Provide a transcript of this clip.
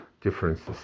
differences